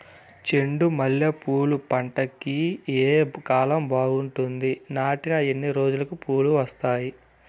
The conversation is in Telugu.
చెండు మల్లె పూలు పంట కి ఏ కాలం బాగుంటుంది నాటిన ఎన్ని రోజులకు పూలు వస్తాయి